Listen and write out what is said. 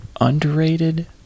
underrated